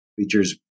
features